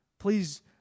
Please